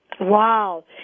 Wow